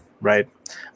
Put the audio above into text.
right